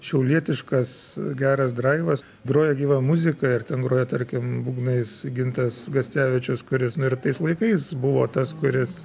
šiaulietiškas geras draivas groja gyva muzika ir ten groja tarkim būgnais gintas gascevičius kuris ir tais laikais buvo tas kuris